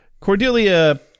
Cordelia